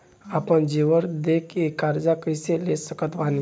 आपन जेवर दे के कर्जा कइसे ले सकत बानी?